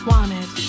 Wanted